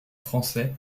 français